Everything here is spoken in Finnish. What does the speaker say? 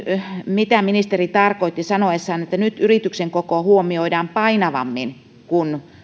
mitä ministeri tarkoitti sanoessaan että nyt yrityksen koko huomioidaan painavammin kuin